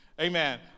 Amen